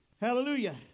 Hallelujah